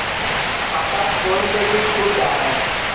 खाता फोन से भी खुल जाहै?